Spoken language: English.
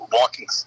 walking